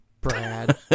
brad